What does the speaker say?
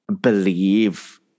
believe